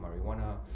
marijuana